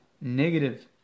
negative